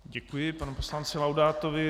Děkuji panu poslanci Laudátovi.